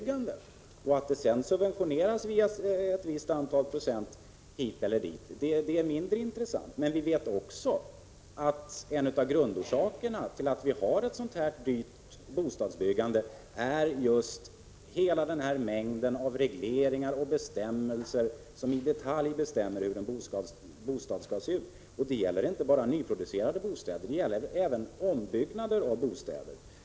Att det sedan subventioneras ett visst antal procent hit eller dit är mindre intressant. Vi vet också att en av grundorsakerna till att vi har ett så dyrt bostadsbyggande är just hela den mängd av regleringar och bestämmelser som i detalj föreskriver hur en bostad skall se ut. Det gäller inte bara nyproducerade bostäder utan även ombyggnader av bostäder.